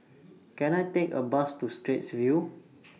Can I Take A Bus to Straits View